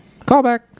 callback